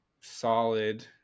solid